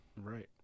Right